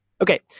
Okay